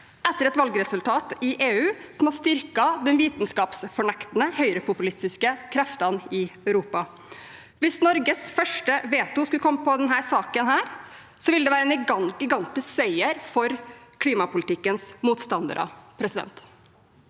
etter et valgresultat i EU som har styrket de vitenskapsfornektende høyrepopulistiske kreftene i Europa. Hvis Norges første veto kommer på denne saken, vil det være en gigantisk seier for klimapolitikkens motstandere.